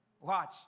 Watch